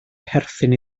perthyn